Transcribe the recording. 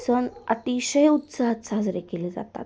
सण अतिशय उत्साहात साजरे केले जातात